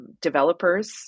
developers